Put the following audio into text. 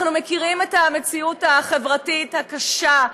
אנחנו מכירים את המציאות החברתית הקשה,